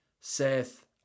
Seth